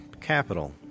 capital